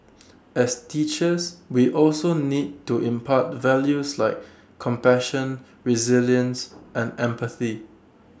as teachers we also need to impart values like compassion resilience and empathy